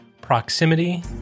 Proximity